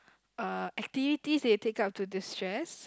uh activities that you take out to distress